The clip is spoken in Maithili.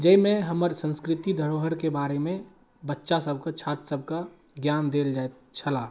जैमे हमर संस्कृति धरोहरके बारेमे बच्चा सबके छात्र सबके ज्ञान देल जाइत छलऽ